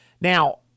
Now